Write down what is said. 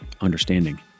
understanding